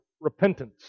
Repentance